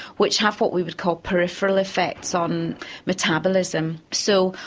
which have what we would call peripheral effects on metabolism. so,